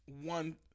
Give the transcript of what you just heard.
one